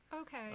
Okay